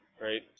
right